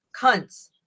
cunts